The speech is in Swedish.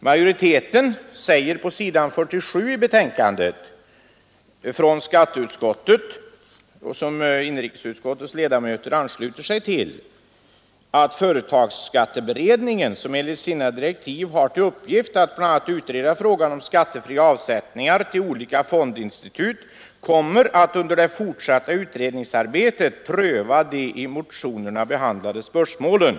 På s. 47 i utskottets betänkande står följande referat av skatteutskottets skrivning, som inrikesutskottets ledamöter har anslutit sig till: ”Skatteutskottet anför vidare att utskottet erfarit att företagsskatteberedningen, som enligt sina direktiv har till uppgift att bl.a. utreda frågan om skattefria avsättningar till olika fondinstitut, kommer att under det fortsatta utredningsarbetet pröva de i motionerna behandlade spörsmålen.